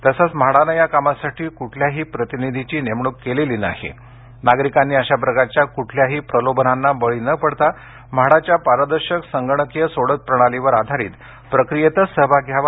तसंच म्हाडाने या कामासाठी कुठल्याही प्रतिनिधीची नेमणूक केलेली नाही नागरिकांनी अशा प्रकारच्या कुठल्याही प्रलोभनांना बळी न पडता म्हाडाच्या पारदर्शक संगणकीय सोडत प्रणालीवर आधारित प्रक्रियेतच सहभाग घ्यावा